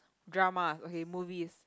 dramas okay movies